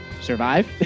survive